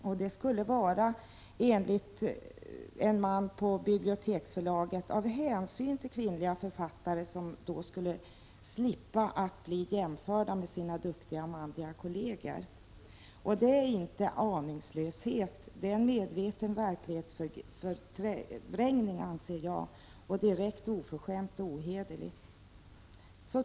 Orsaken skulle, enligt en man på biblioteksförlaget vara hänsyn till kvinnliga författare, som då skulle slippa att bli jämförda med sina duktiga manliga kolleger! Jag anser att det här inte är fråga om en aningslöshet utan om en medveten verklighetsförvrängning, dessutom direkt oförskämd och ohederlig.